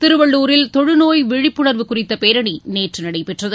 திருவள்ளூரில் தொழுநோய் விழிப்புணர்வு குறித்த பேரணி நேற்று நடைபெற்றது